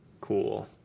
Cool